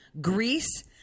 Greece